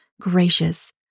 Gracious